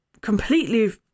completely